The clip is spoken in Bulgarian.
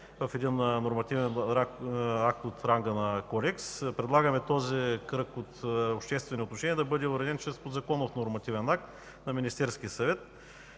в един нормативен акт от ранга на Кодекс, предлагаме този кръг от обществени отношения да бъде уреден чрез подзаконов нормативен акт на Министерския съвет.